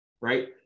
right